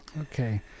Okay